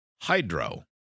hydro